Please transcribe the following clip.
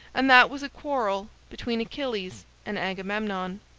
and that was a quarrel between achilles and agamemnon.